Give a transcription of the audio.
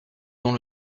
dans